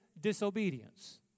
disobedience